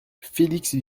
félix